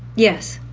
yes.